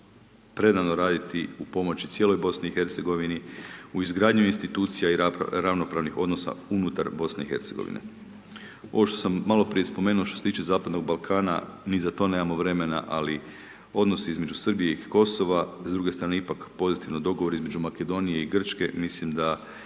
predano raditi u pomoći cijeloj Bosni i Hercegovini u izgradnju institucija i ravnopravnih odnosa unutar Bosne i Hercegovine. Ovo što sam malo prije spomenuo što se tiče zapadnog Balkana, ni za to nemamo vremena, ali odnos između Srbije i Kosova, s druge strane ipak pozitivan dogovor između Makedonije i Grčke, mislim da